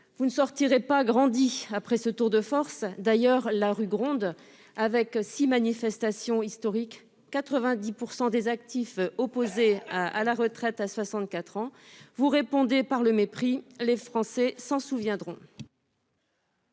Vous ne sortirez pas grandis après ce tour de force. D'ailleurs, la rue gronde. Aux six manifestations historiques et aux 90 % des actifs opposés à la retraite à 64 ans, vous répondez par le mépris. Les Français s'en souviendront